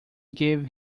gave